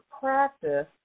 practice